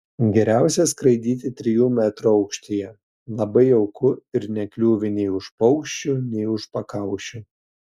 geriausia skraidyti trijų metrų aukštyje labai jauku ir nekliūvi nei už paukščių nei už pakaušių